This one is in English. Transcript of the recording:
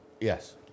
yes